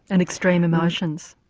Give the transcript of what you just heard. and extreme emotions.